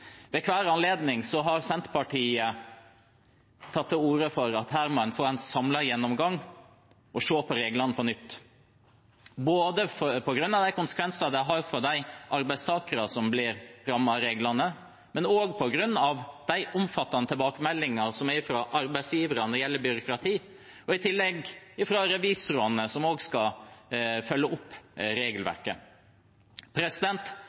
Ved hver anledning har Senterpartiet tatt til orde for at her må en få en samlet gjennomgang og se på reglene på nytt, både på grunn av konsekvensene det har for de arbeidstakerne som blir rammet av reglene, på grunn av de omfattende tilbakemeldingene fra arbeidsgiverne når det gjelder byråkrati, og tilbakemeldingene fra revisorene, som også skal følge opp